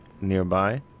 nearby